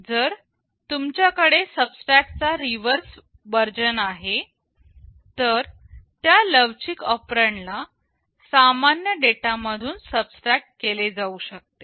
जर तुमच्याकडे सबट्रॅक्ट चा रिवर्स वर्जन आहे तर त्या लवचिक ऑपरेंड ला सामान्य डेटा मधून सबट्रॅक्ट केले जाऊ शकते